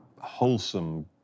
wholesome